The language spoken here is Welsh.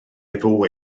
efô